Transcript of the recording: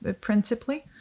principally